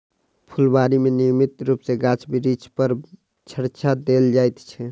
फूलबाड़ी मे नियमित रूप सॅ गाछ बिरिछ पर छङच्चा देल जाइत छै